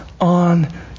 On